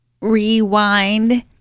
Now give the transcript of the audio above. rewind